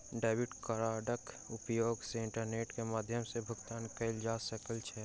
debit कार्डक उपयोग सॅ इंटरनेट के माध्यम सॅ भुगतान कयल जा सकै छै